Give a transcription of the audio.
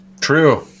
True